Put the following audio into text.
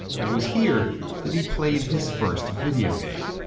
and it was here that he played his first video game.